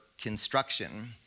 construction